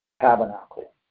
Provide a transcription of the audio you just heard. tabernacle